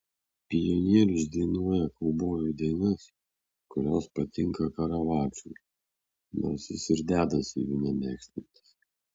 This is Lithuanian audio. pionierius dainuoja kaubojų dainas kurios patinka karavadžui nors jis ir dedasi jų nemėgstantis